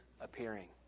appearing